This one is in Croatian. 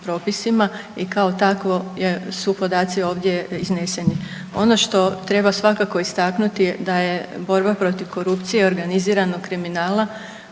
i kao takvo su podaci ovdje izneseni. Ono što treba svakako istaknuti je da je borba protiv korupcije i organiziranog kriminala